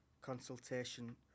consultation